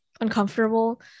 uncomfortable